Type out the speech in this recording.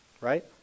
right